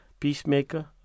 peacemaker